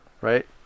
right